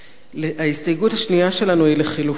ההסתייגות השנייה שלנו היא לחלופין.